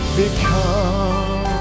become